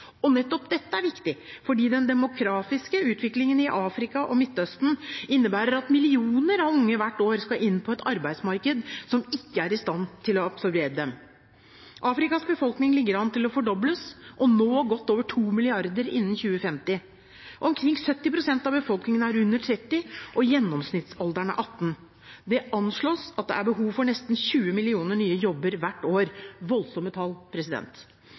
Nettopp dette er viktig fordi den demografiske utviklingen i Afrika og Midtøsten innebærer at millioner av unge hvert år skal inn på et arbeidsmarked som ikke er i stand til å absorbere dem. Afrikas befolkning ligger an til å fordobles og nå godt over to milliarder innen 2050. Omkring 70 pst. av befolkningen er under 30 år, og gjennomsnittsalderen er 18. Det anslås at det er behov for nesten 20 millioner nye jobber hvert år. Det er voldsomme tall.